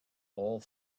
all